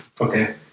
Okay